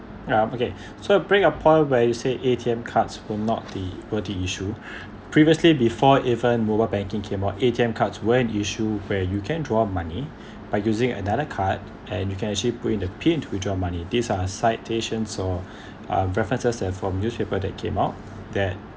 uh okay so bring your point where you say A_T_M cards were not the were the issue previously before even mobile banking came out A_T_M card when issue where you can draw money by using another card and you can actually put in the pin to withdraw money this are citation or uh references and from newspaper that came out that